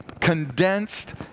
condensed